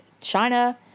China